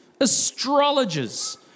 astrologers